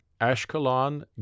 Ashkelon